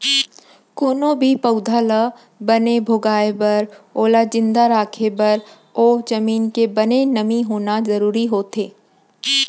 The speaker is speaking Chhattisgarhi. कोनो भी पउधा ल बने भोगाय बर ओला जिंदा राखे बर ओ जमीन के बने नमी होना जरूरी होथे